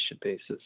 basis